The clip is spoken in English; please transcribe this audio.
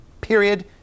Period